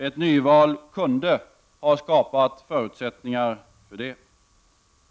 Ett nyval kunde ha skapat förutsättningar för det.